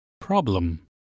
problem